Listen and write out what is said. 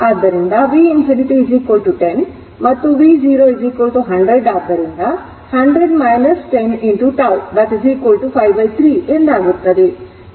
ಆದ್ದರಿಂದ v infinity 10 ಮತ್ತು v0 100 ಆದ್ದರಿಂದ 100 10 53 ಎಂದಾಗುತ್ತದೆ